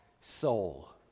Soul